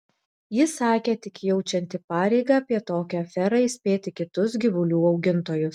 ji sakė tik jaučianti pareigą apie tokią aferą įspėti kitus gyvulių augintojus